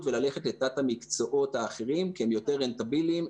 וללכת לתת המקצועות האחרים כי הם יותר רנטביליים,